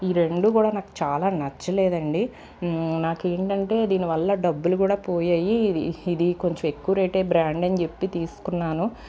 ఈ రెండు కూడా నాకు చాలా నచ్చలేదండి నాకేంటంటే దీని వల్ల డబ్బులు కూడా పోయాయి ఇది ఇది కొంచెం ఎక్కువ రేటే బ్రాండని చెప్పి తీసుకున్నాను